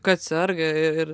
kad serga i ir